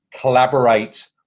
collaborate